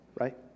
right